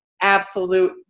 absolute